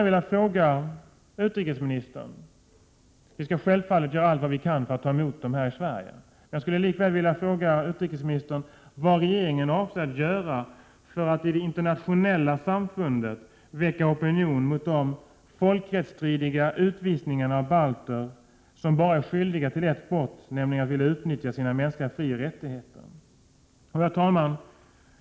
Vi skall självfallet göra allt vi kan för att ta emot dem här i Sverige, men jag skulle likväl gärna vilja fråga utrikesministern vad regeringen avser att göra för att i det internationella samfundet väcka opinion mot de folkrättsstridiga utvisningarna av balter, vilka bara är skyldiga till ett brott, nämligen att vilja utnyttja sina mänskliga frioch rättigheter. Herr talman!